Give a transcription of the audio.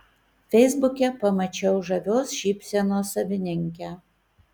feisbuke pamačiau žavios šypsenos savininkę